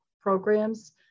programs